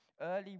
Early